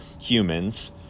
humans